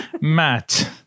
Matt